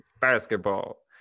Basketball